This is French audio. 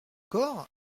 corps